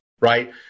right